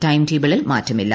ടൈംടേബിളിൽ മാറ്റമില്ല